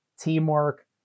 teamwork